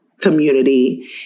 community